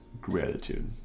gratitude